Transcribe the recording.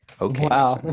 Okay